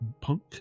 punk